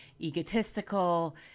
egotistical